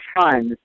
funds